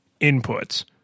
inputs